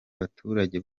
baturage